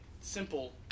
simple